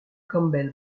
campbell